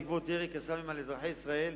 בעקבות ירי "קסאמים" על אזרחי ישראל,